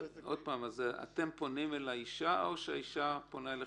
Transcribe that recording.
אתם פונים לאישה או שהאישה פונה אליכם?